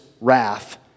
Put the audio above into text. wrath